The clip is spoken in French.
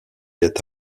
est